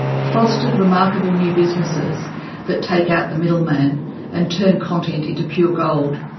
fostered remarkable new businesses that take out the middle man and turn content into pure gold,